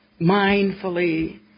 mindfully